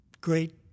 great